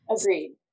Agreed